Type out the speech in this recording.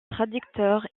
traducteur